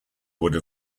would